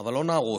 אבל לא נהרוס,